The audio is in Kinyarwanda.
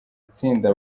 itsinda